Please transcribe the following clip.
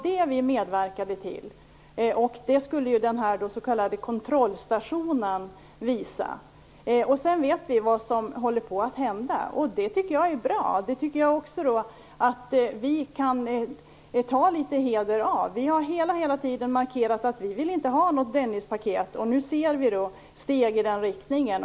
Det medverkade vi till, och detta skulle den s.k. kontrollstationen också visa på. Vi vet nu vad som håller på att hända. Det som håller på att hända tycker jag är bra och det tycker jag att vi litet grand skall ha heder av. Hela tiden har vi ju markerat att vi inte vill ha något Dennispaket. Nu ser vi steg i den riktningen.